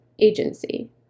agency